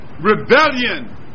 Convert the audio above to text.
Rebellion